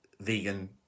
vegan